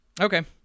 okay